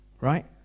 Right